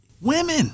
Women